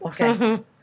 Okay